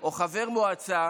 או חבר מועצה